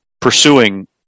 pursuing